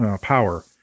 power